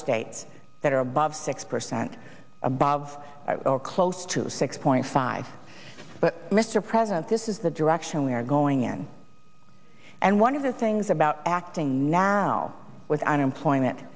states that are above six percent above or close to six point five but mr president this is the direction we are going in and one of the things about acting now with unemployment